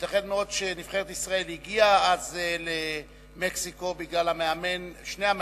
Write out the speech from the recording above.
ייתכן מאוד שנבחרת ישראל הגיעה אז למקסיקו בגלל שני המאמנים,